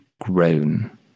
grown